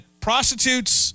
prostitutes